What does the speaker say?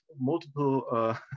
multiple